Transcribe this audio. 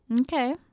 Okay